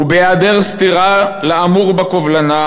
ובהיעדר סתירה לאמור בקובלנה,